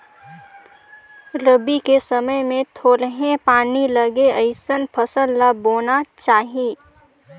रबी के समय मे थोरहें पानी लगे अइसन फसल ल बोना चाही